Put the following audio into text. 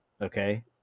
Okay